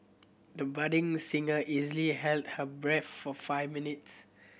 the budding singer easily held her breath for five minutes